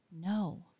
no